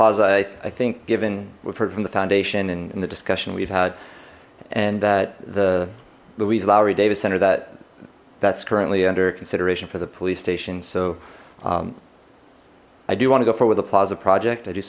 plaza i think given we've heard from the foundation and the discussion we've had and that the louise lowry davis center that that's currently under consideration for the police station so i do want to go for with the plaza project i do